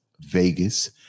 Vegas